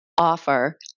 offer